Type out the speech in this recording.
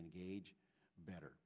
engage better